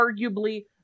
arguably